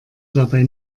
dabei